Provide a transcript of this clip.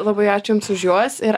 labai ačiū jums už juos ir